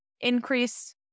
increase